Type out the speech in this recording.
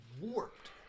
warped